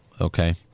Okay